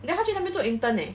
then 他去那边做 intern leh